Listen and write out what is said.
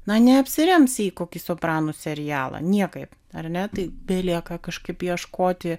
na neatsiremsi į kokį sopranų serialą niekaip ar ne tai belieka kažkaip ieškoti